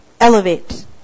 Elevate